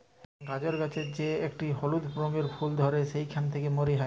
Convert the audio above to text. গাজর গাছের যে একটি হলুদ রঙের ফুল ধ্যরে সেখালে থেক্যে মরি হ্যয়ে